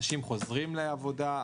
אנשים חוזרים לעבודה,